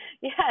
Yes